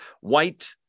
White